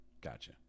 Gotcha